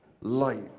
light